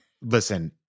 listen –